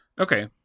Okay